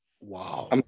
Wow